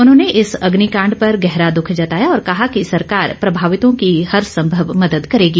उन्होंने इस अग्निकांड पर गहरा दुख जताया और कहा कि सरकार प्रभावितों की हर संभव मदद करेगी